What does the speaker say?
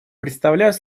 представляют